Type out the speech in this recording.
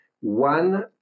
one